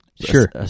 Sure